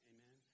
Amen